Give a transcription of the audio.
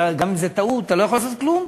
גם אם זו טעות אתה לא יכול לעשות כלום.